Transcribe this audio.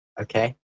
okay